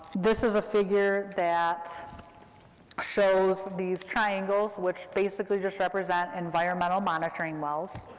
this is a figure that shows these triangles, which basically just represent environmental monitoring wells.